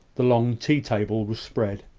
the long tea-table was spread.